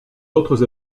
autres